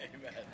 Amen